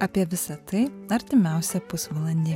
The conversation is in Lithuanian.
apie visa tai artimiausią pusvalandį